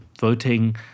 voting